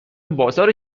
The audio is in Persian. بازار